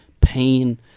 pain